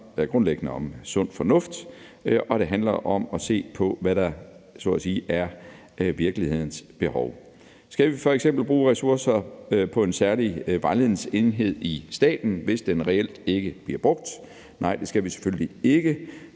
grundlæggende om sund fornuft, og det handler om at se på, hvad der så at sige er virkelighedens behov. Skal vi f.eks. bruge ressourcer på en særlig vejledningsenhed i staten, hvis den reelt ikke bliver brugt? Nej, det skal vi selvfølgelig ikke.